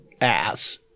ass